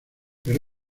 pero